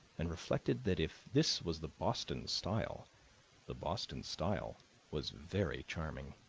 and reflected that if this was the boston style the boston style was very charming.